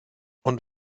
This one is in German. und